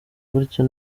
gutyo